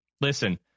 Listen